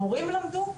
המורים למדו,